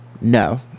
No